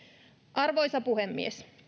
arvoisa puhemies